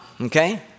okay